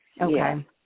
okay